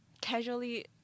Casually